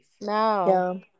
No